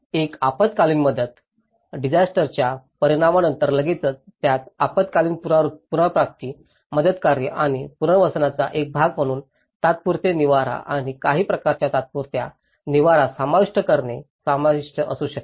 एक आपत्कालीन मदत डिसायस्टरच्या परिणामानंतर लगेचच त्यात अल्पकालीन पुनर्प्राप्ती मदतकार्य आणि पुनर्वसनाचा एक भाग म्हणून तात्पुरते निवारा आणि काही प्रकारच्या तात्पुरत्या निवारा समाविष्ट करणे समाविष्ट असू शकते